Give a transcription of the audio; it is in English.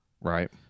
Right